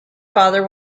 father